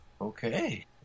okay